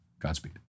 Godspeed